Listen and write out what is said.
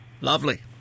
Lovely